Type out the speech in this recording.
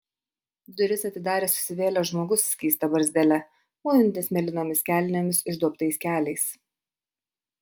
duris atidarė susivėlęs žmogus skysta barzdele mūvintis mėlynomis kelnėmis išduobtais keliais